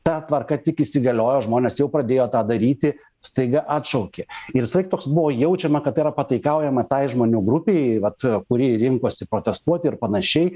ta tvarka tik įsigaliojo žmonės jau pradėjo tą daryti staiga atšaukė ir visą laik toks buvo jaučiama kad yra pataikaujama tai žmonių grupei vat kurie rinkosi protestuoti ir panašiai